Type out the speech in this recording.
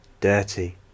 dirty